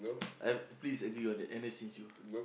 uh please everyone N_S change you